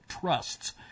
trusts